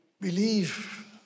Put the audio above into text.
believe